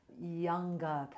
younger